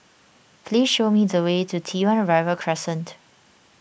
please show me the way to T one Arrival Crescent